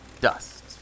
dust